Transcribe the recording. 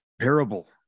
parable